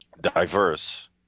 diverse